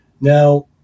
Now